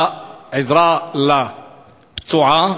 בעזרה לפצועה.